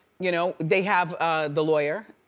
you know they have the laywer,